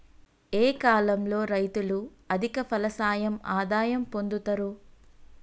ఏ కాలం లో రైతులు అధిక ఫలసాయం ఆదాయం పొందుతరు?